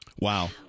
Wow